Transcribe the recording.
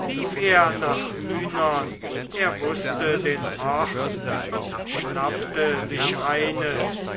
lief er nach hühnern er wußte den ort und schnappte sich eines